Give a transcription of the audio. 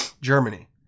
Germany